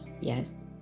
yes